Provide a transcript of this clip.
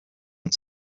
and